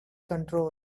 control